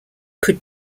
could